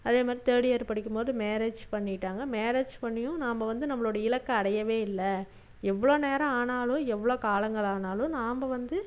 அதேமாதிரி third year படிக்கும்போது marriage பண்ணிட்டாங்க மேரேஜ் பண்ணியும் நாம் வந்து நம்மளோடய இலக்கை அடையவே இல்லை எவ்வளோ நேரம் ஆனாலும் எவ்வளோ காலங்கள் ஆனாலும் நாம் வந்து